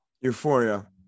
Euphoria